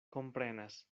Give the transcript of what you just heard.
komprenas